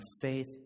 faith